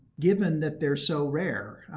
given that they're so rare?